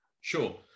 sure